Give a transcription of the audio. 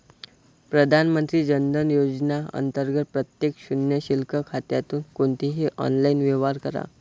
प्रधानमंत्री जन धन योजना अंतर्गत प्रत्येक शून्य शिल्लक खात्यातून कोणतेही ऑनलाइन व्यवहार करा